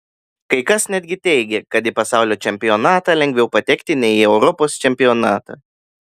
kai kas netgi teigė kad į pasaulio čempionatą lengviau patekti nei į europos čempionatą